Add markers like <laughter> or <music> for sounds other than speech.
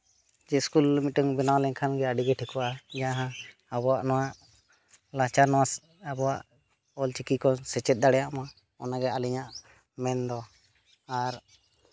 ᱡᱮ ᱤᱥᱠᱩᱞ ᱢᱤᱫᱴᱟᱱ ᱵᱮᱱᱟᱣ ᱞᱮᱱᱠᱷᱟᱱ ᱜᱮ ᱟᱹᱰᱤᱜᱮ ᱴᱷᱤᱠᱚᱜᱼᱟ <unintelligible> ᱟᱵᱚᱣᱟᱜ ᱱᱟᱪᱟᱨ ᱱᱚᱣᱟ ᱟᱵᱚᱣᱟᱜ ᱚᱞᱪᱤᱠᱤ ᱠᱚ ᱥᱮᱪᱮᱫ ᱫᱟᱲᱮᱭᱟᱜ ᱢᱟ ᱚᱱᱟᱜᱮ ᱟᱹᱞᱤᱧᱟᱜ ᱢᱮᱱᱫᱚ ᱟᱨ